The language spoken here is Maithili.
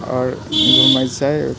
आओर घुमै छै